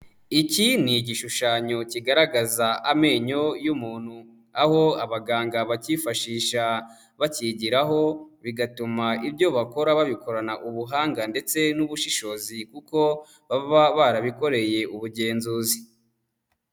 Iki ni igishushanyo kigaragaza amenyo y'umuntu aho abaganga bakifashisha bakigiraho bigatuma ibyo bakora babikorana ubuhanga ndetse n'ubushishozi kuko baba barabikoreye ubugenzuzi.